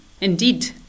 Indeed